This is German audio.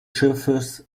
schiffes